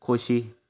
खोशी